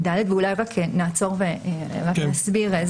אולי נעצור ורק נסביר.